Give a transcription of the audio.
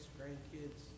grandkids